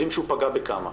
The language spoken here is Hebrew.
יודעים שהוא פגע בכמה,